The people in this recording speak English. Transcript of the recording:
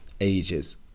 ages